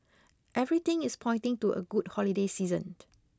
everything is pointing to a good holiday season